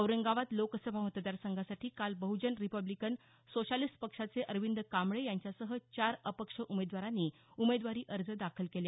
औरंगाबाद लोकसभा मतदार संघासाठी काल बह्जन रिपब्लिकन सोशॅलिस्ट पक्षाचे अरविंद कांबळे यांच्या सह चार अपक्ष उमेदवारांनी उमेदवारी अर्ज दाखल केले